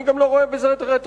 אני גם לא רואה בזה רטרואקטיביות,